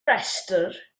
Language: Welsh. rhestr